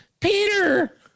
Peter